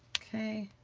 okay.